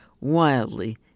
Wildly